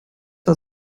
war